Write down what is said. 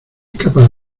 capaz